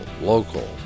local